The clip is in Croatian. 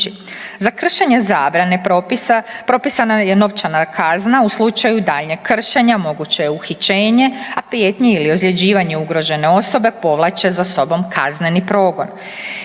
Za kršenje zabrane propisa propisana je novčana kazna, u slučaju daljnjeg kršenja, moguće je uhićenje, a prijetnje ili ozljeđivanje ugrožene osobe, povlače za sobom kazneni progon.